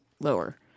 lower